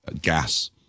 gas